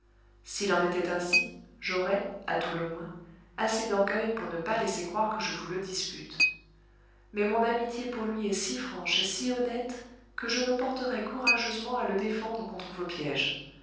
s'il en était ainsi j'aurais à tout le moins assez d'orgueil pour ne pas laisser croire que je vous le dispute mais mon amitié pour lui est si franche et si honnête que je me porterai courageusement à le défendre contre vos piéges